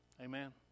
Amen